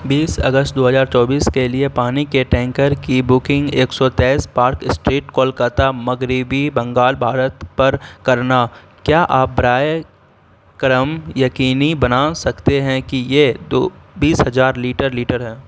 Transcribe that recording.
بیس اگست دو ہزار چوبیس کے لیے پانی کے ٹینکر کی بکنگ ایک سو تیئس پارک اسٹریٹ کولکاتا مغربی بنگال بھارت پر کرنا کیا آپ برائے کرم یقینی بنا سکتے ہیں کہ یہ دو بیس ہزار لیٹر لیٹر ہے